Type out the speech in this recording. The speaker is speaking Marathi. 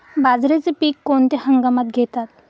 बाजरीचे पीक कोणत्या हंगामात घेतात?